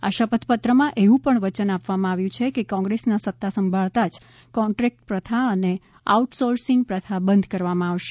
આ શપથ પત્રમાં એવું પણ વચન આપવામાં આવ્યું છે કે કોંગ્રેસના સત્તા સાંભળતા જ કોન્રાએવક્ક્શ્વા અને આઉટ સોર્સિંગ પ્રથા બંધ કરવામાં આવશે